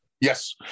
Yes